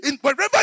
Wherever